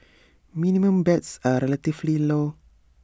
minimum bets are relatively low